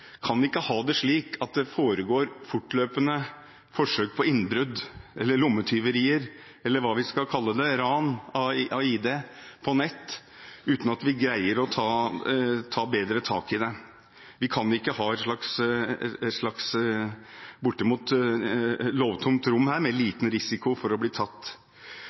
skal kalle det, ran av ID – på nett uten at vi greier å ta bedre tak i det. Vi kan ikke ha et slags bortimot lovtomt rom her med liten risiko for å bli tatt.